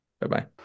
Bye-bye